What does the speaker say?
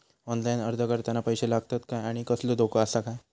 Online अर्ज करताना पैशे लागतत काय आनी कसलो धोको आसा काय?